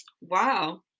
Wow